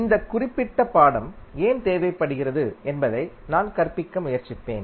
இந்த குறிப்பிட்ட பாடம் ஏன் தேவைப்படுகிறது என்பதை நான் கற்பிக்க முயற்சிப்பேன்